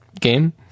game